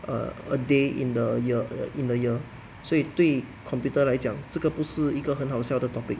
err a day in the year in the year 所以对 computer 来讲这个不是一个很好笑的 topic